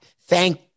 Thank